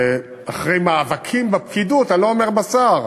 ואחרי מאבקים בפקידות, אני לא אומר בשר,